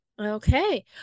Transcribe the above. Okay